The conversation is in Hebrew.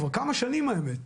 כבר כמה שנים האמת,